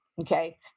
okay